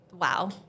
wow